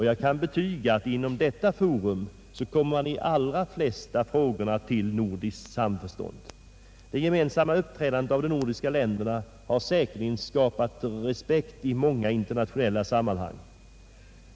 Jag kan betyga att inom detta forum kommer man i de allra flesta frågor till nordiskt samförstånd. Det gemensamma uppträdandet av de nordiska länderna har säkerligen skapat respekt i många internationella sammanhang.